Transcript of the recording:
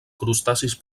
crustacis